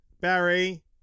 Barry